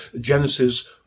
Genesis